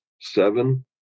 seven